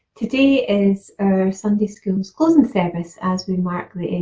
today is sunday schools' closing service as we mark the